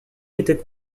étaient